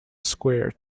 square